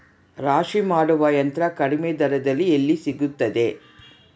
ರಾಶಿ ಮಾಡುವ ಯಂತ್ರ ಕಡಿಮೆ ದರದಲ್ಲಿ ಎಲ್ಲಿ ಸಿಗುತ್ತದೆ?